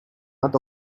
not